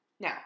Now